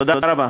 תודה רבה.